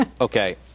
okay